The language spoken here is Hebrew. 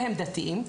והם דתיים,